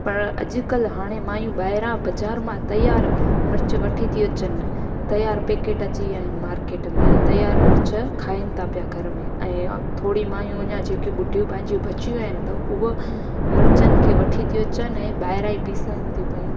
पर अॼकल्ह हाणे माइयूं ॿाहिरा बाज़ारि मां तयार मिर्च वठी ता अचनि तयारु पैकेट अची विया आहिनि मार्केट में तयारु मिर्च खाइनि था पिया घर में ऐं थोरी माइयूं अञा जेकी ॿुढुयूं पंहिंजियूं बचियूं आइन त उहे मिर्चनि खे वठी थी अचनि ऐं ॿाहिरा ऐं पिसाइनि थी पियूं